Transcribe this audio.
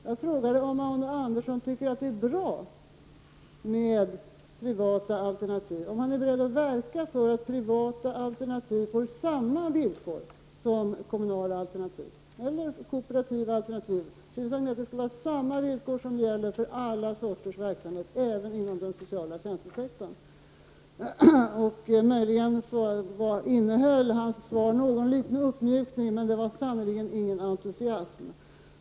Jag frågade om Arne Andersson tycker att det är bra med privata alternativ och om han är beredd att verka för att privata alternativ får samma villkor som kommunala alternativ eller kooperativa alternativ. Det skall gälla samma slags villkor för all verksamhet, även inom den sektor som omfattar sociala tjänster. Möjligen innehöll Arne Anderssons svar någon liten uppmjukning, men det var sannerligen inte någon entusiasm.